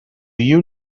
you